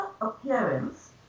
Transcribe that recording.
appearance